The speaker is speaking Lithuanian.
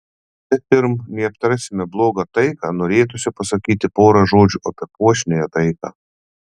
bet pirm nei aptarsime blogą taiką norėtųsi pasakyti porą žodžių apie puošniąją taiką